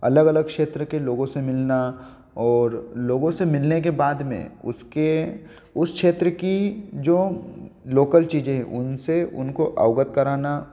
अलग अलग क्षेत्र के लोगो से मिलना और लोगो से मिलने के बाद में उसके उस क्षेत्र की जों लोकल चीजें हैं उनसे उनको अवगत कराना